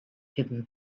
hidden